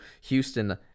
Houston